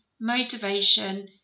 motivation